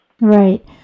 Right